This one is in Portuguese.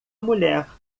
mulher